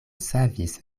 savis